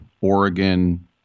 Oregon